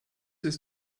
ist